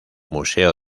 museo